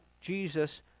Jesus